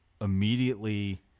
immediately